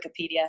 Wikipedia